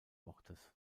wortes